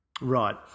Right